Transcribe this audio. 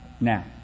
Now